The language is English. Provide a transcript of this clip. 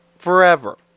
forever